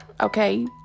okay